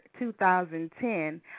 2010